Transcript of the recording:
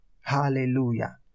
Hallelujah